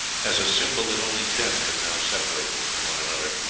as a symbol that only death could now separate them from one another.